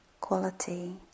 quality